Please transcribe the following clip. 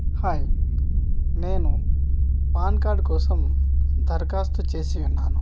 hi నేను PAN card కోసం దరఖాస్తు చేసి ఉన్నాను